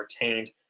retained